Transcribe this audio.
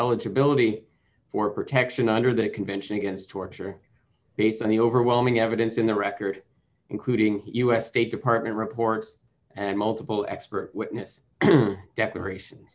eligibility for protection under the convention against torture based on the overwhelming evidence in the record including us state department reports and multiple expert witness declaration